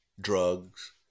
drugs